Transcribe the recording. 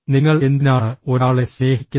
നിങ്ങൾ എന്തിനാണ് ഒരാളെ സ്നേഹിക്കുന്നത്